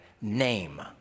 name